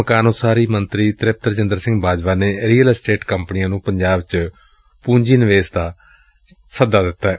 ਮਕਾਨ ਉਸਾਰੀ ਮੰਤਰੀ ਤਿਪਤ ਰਾਜਿੰਦਰ ਬਾਜਵਾ ਨੇ ਰੀਅਲ ਐਸਟੇਟ ਕੰਪਨੀਆਂ ਨੂੰ ਪੰਜਾਬ ਚ ਪੂੰਜੀ ਨਿਵੇਸ਼ ਕਰਨ ਦਾ ਸੱਦਾ ਦਿੱਤੈ